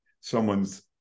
someone's